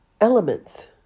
Elements